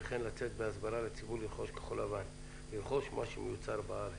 וכן לצאת בהסברה לציבור לרכוש כחול לבן ולרכוש מה שמיוצר בארץ.